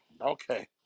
Okay